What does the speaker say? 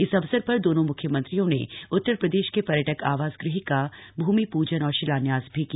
इस अवसर शर दोनों मुख्यमंत्रियों ने उत्तर प्रदेश के श्यटक आवास गृह का भूमि प्रूजन और शिलान्यास भी किया